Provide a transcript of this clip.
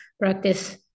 practice